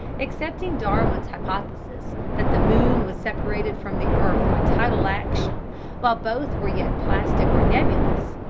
accepting darwin's hypothesis, that the moon was separated from the earth by tidal action while both were yet plastic or nebulous,